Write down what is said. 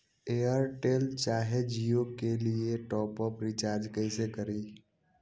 Airtel चाहे जियो के लिए टॉप अप रिचार्ज़ कैसे करी?